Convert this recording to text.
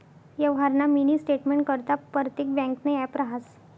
यवहारना मिनी स्टेटमेंटकरता परतेक ब्यांकनं ॲप रहास